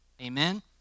Amen